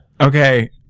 Okay